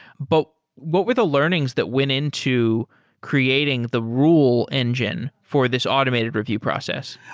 but what were the learnings that went into creating the rule engine for this automated review process?